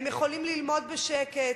הם יכולים ללמוד בשקט,